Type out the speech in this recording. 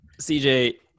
cj